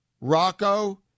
Rocco